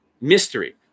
Mystery